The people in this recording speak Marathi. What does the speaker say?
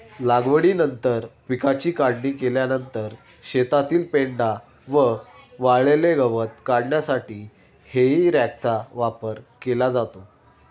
लागवडीनंतर पिकाची काढणी केल्यानंतर शेतातील पेंढा व वाळलेले गवत काढण्यासाठी हेई रॅकचा वापर केला जातो